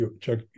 check